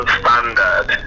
standard